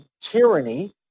tyranny